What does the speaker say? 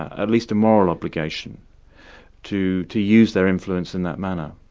at least a moral obligation to to use their influence in that manner.